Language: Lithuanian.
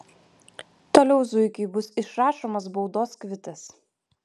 toliau zuikiui bus išrašomas baudos kvitas